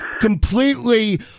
completely